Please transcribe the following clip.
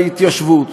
בהתיישבות.